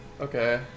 Okay